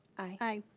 aye.